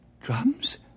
Drums